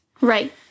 Right